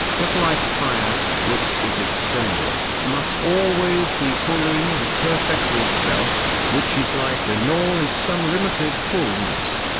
but like fire, which is its symbol, must always be fully and perfectly itself, which is life in all its unlimited fulness.